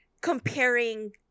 comparing